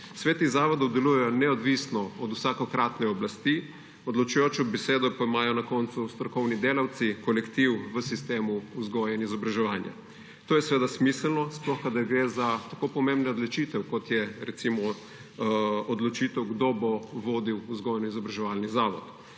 sveti zavodov delujejo neodvisno od vsakokratne oblasti, odločujočo besedo pa imajo na koncu strokovni delavci, kolektiv v sistemu vzgoje in izobraževanja. To je seveda smiselno, sploh kadar gre za tako pomembno odločitev, kot je recimo odločitev, kdo bo vodil vzgojno-izobraževalni zavod.